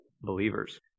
believers